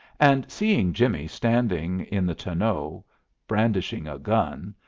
and seeing jimmie standing in the tonneau brandishing a gun,